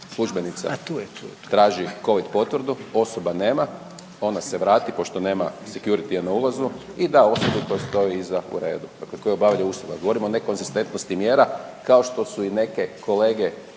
službenica traži covid potvrdu, osoba nema, ona se vrati pošto nema security na ulazu i da osobu koja stoji iza u redu dakle koja obavlja uslugu. Govorimo o ne konzistentnosti mjera kao što su i neke kolege